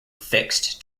fixed